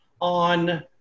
on